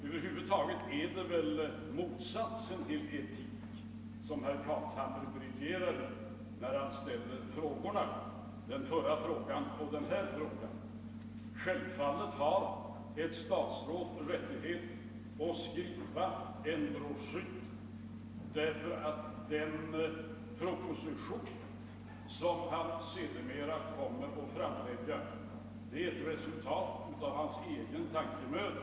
Över huvud taget är det väl motsatsen till etik som herr Carlshamre briljerar i när han ställer frågor som den förra och den här. Självfallet har ett statsråd rättighet att skriva en broschyr; den proposition som han sedermera kommer att framlägga är dock ett resultat av hans egen tankemöda.